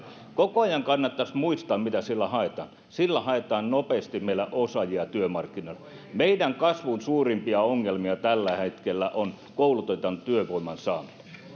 koko ajan kannattaisi muistaa mitä sillä haetaan sillä haetaan nopeasti meille osaajia työmarkkinoille meidän kasvun suurimpia ongelmia tällä hetkellä on koulutetun työvoiman saanti